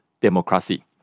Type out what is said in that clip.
democracy